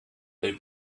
they